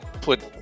put